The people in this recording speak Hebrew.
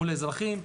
מול האזרחים.